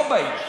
לא באים.